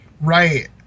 Right